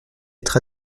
être